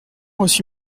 reçu